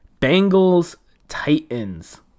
Bengals-Titans